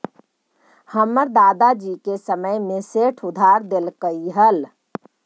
हमर दादा जी के समय में सेठ उधार देलकइ हल